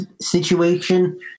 situation